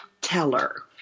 Teller